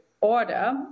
order